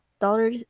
Dollar